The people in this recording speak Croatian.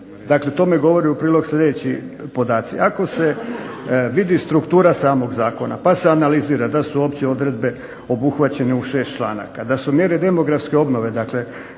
se, tome govori u prilog sljedeći podaci, ako se vidi struktura samog Zakona pa se analizira da su opće odredbe obuhvaćene u šest članaka, da su mjere demografske obnove, dakle